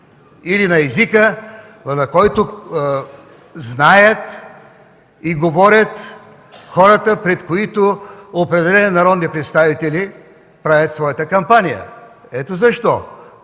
или на езика, който знаят и говорят хората, пред които определени народни представители правят своята кампания. Ето защо